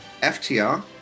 FTR